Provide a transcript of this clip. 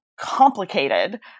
complicated